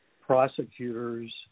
prosecutors